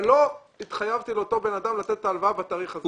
אבל לא התחייב לאותו בן אדם לתת את ההלוואה בתאריך הזה.